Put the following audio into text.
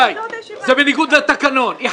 הפנייה נועדה לתקצב סכום של 10,541 אלפי שקלים